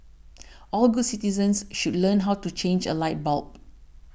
all good citizens should learn how to change a light bulb